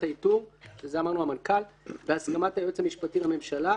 האיתור" שזה אמרנו המנכ"ל "בהסכמת היועץ המשפטי לממשלה,